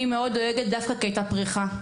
אני מאוד דואגת דווקא כי הייתה פריחה,